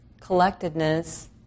collectedness